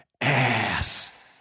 ass